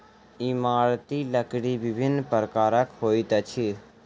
इमारती लकड़ी विभिन्न प्रकारक होइत अछि